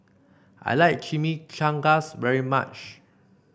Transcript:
I like Chimichangas very much